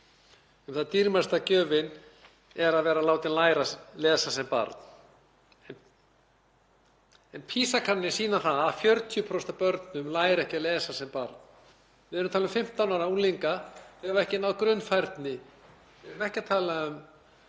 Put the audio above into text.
um að dýrmætasta gjöfin sé að vera látinn læra að lesa sem barn. PISA-kannanir sýna það að 40% af börnum læra ekki að lesa sem börn. Við erum að tala um 15 ára unglinga sem hafa ekki náð grunnfærni. Við erum ekki að tala um